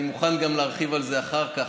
אני מוכן להרחיב על זה אחר כך,